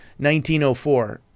1904